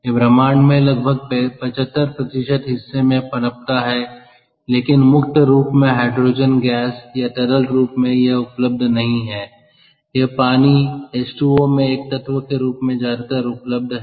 यह ब्रह्मांड में लगभग 75 हिस्से में पनपता है लेकिन मुक्त रूप में हाइड्रोजन गैस या तरल रूप में यह उपलब्ध नहीं है यह पानी H2O में एक तत्व के रूप में ज्यादातर उपलब्ध है